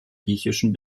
griechischen